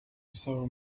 saw